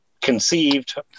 conceived